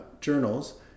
journals